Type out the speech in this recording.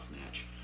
match